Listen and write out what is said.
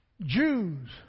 Jews